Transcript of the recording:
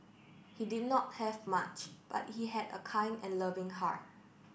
he did not have much but he had a kind and loving heart